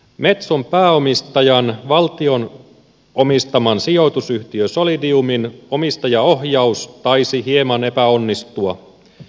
metson pääomistajan valtion omistaman sijoitusyhtiö solidiumin omistajaohjaus taisi hieman epäonnistua